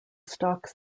stalks